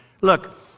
Look